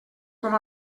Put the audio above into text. com